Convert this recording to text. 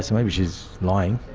so maybe she's lying,